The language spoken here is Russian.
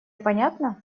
понятно